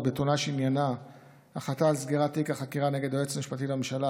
בתלונה שעניינה החלטה על סגירת תיק החקירה נגד היועץ המשפטי לממשלה,